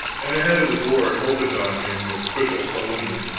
and the head of the board opened on him with official solemnity